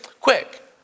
quick